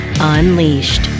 Unleashed